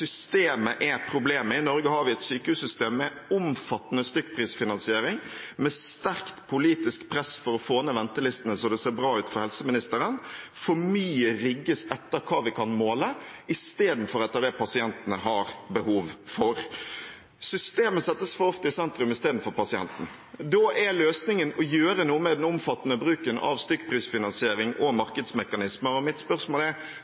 Systemet er problemet, og i Norge har vi et sykehussystem med omfattende stykkprisfinansiering, med sterkt politisk press for å få ned ventelistene så det ser bra ut for helseministeren. For mye rigges etter hva vi kan måle, i stedet for etter det pasientene har behov for. Systemet settes for ofte i sentrum i stedet for pasienten. Da er løsningen å gjøre noe med den omfattende bruken av stykkprisfinansiering og markedsmekanismer. Mitt spørsmål er